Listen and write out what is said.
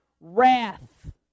wrath